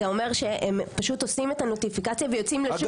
זה אומר שהם פשוט עושים את הנוטיפיקציה ויוצאים לשוק.